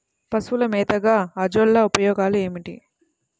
పశువుల మేతగా అజొల్ల ఉపయోగాలు ఏమిటి?